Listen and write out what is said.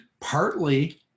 partly